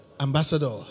Ambassador